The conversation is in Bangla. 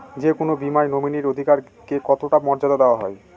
যে কোনো বীমায় নমিনীর অধিকার কে কতটা মর্যাদা দেওয়া হয়?